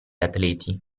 atleti